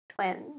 twins